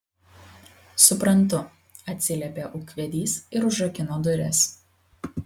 suprantu atsiliepė ūkvedys ir užrakino duris